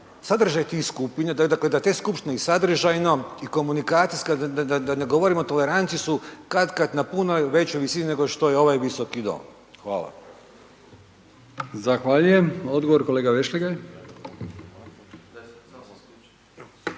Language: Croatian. sadržaj tih skupština, dakle da te skupštine i sadržajno i komunikacijski, da ne govorim o toleranciji su kad kad na puno većoj visini nego što je ovaj visoki dom. Hvala. **Brkić, Milijan (HDZ)** Zahvaljujem. Odgovor kolega Vešligaj.